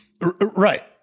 Right